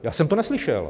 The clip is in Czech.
Já jsem to neslyšel.